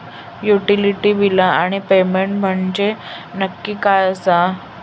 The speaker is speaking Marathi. युटिलिटी बिला आणि पेमेंट म्हंजे नक्की काय आसा?